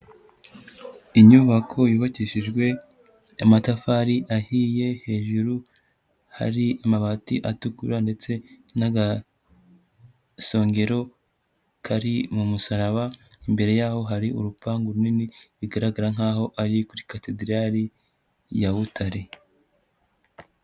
Inyubako yubakishijwe amatafari ahiye hejuru hari amabati atukura ndetse n'agasongero kari mu musaraba, imbere yaho hari urupangu runini bigaragara nkaho ari kuri katederali ya Butare.